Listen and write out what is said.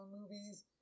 movies